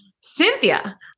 Cynthia